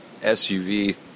SUV